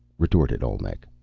retorted olmec.